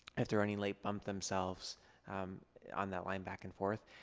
if they're running late, bump themselves on that line back and forth.